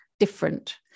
different